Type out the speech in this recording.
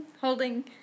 holding